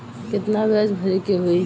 कितना ब्याज भरे के होई?